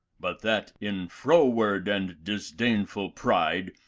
but that, in froward and disdainful pride,